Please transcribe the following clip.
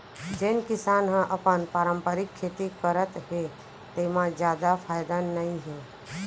जेन किसान ह अपन पारंपरिक खेती करत हे तेमा जादा फायदा नइ हे